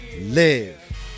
Live